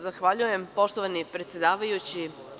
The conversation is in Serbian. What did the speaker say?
Zahvaljujem poštovani predsedavajući.